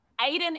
Aiden